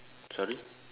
sorry